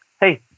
hey